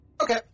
Okay